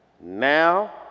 now